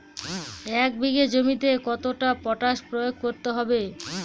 এক বিঘে জমিতে কতটা পটাশ প্রয়োগ করতে হবে?